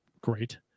great